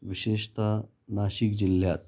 विशेषतः नाशिक जिल्ह्यात